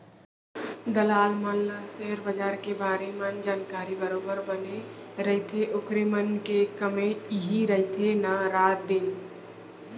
दलाल मन ल सेयर बजार के बारे मन जानकारी बरोबर बने रहिथे ओखर मन के कामे इही रहिथे ना रात दिन